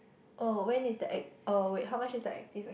oh when is the ac~ oh wait how much is the active